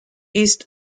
east